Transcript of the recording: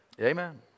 Amen